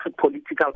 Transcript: political